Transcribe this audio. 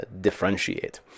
differentiate